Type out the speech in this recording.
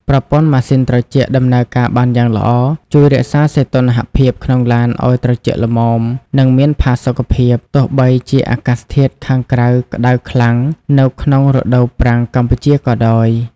ប្រព័ន្ធម៉ាស៊ីនត្រជាក់ ដំណើរការបានយ៉ាងល្អ ជួយរក្សាសីតុណ្ហភាពក្នុងឡានឲ្យត្រជាក់ល្មម និងមានផាសុកភាព ទោះបីជាអាកាសធាតុខាងក្រៅក្តៅខ្លាំងនៅក្នុងរដូវប្រាំងកម្ពុជាក៏ដោយ។